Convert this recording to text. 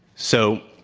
so,